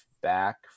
back